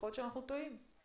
יכול להיות שאנחנו טועים,